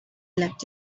left